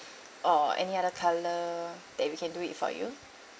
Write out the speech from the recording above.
or any other colour that we can do it for you